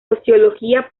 sociología